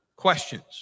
questions